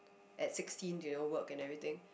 at sixteen to you know work and everything